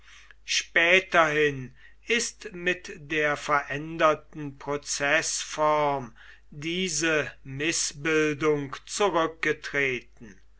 späterhin ist mit der veränderten prozeßform diese mißbildung zurückgetreten